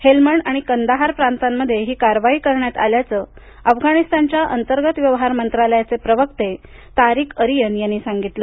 Helmand आणि कंदाहार प्रांतांमध्ये ही कारवाई करण्यात आल्याचं अफगाणिस्तानच्या अंतर्गत व्यवहार मंत्रालयाचे प्रवक्ते तारिक अरियन यांनी सांगितलं